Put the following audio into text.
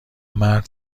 مرد